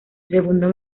segundo